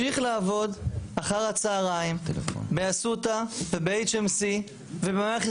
לעבוד אחר הצוהריים באסותא וב-HMC ובמערכת